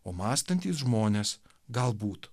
o mąstantys žmonės galbūt